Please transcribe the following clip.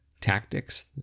tactics